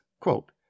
Quote